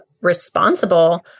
responsible